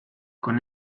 con